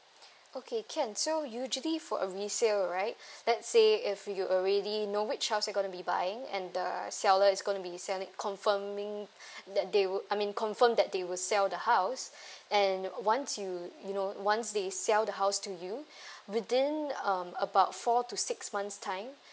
okay can so usually for a resale right let's say if you already know which house you're going to be buying and the seller is going to be selling it confirming that they would I mean confirm that they will sell the house and once you you know once they sell the house to you within um about four to six months' time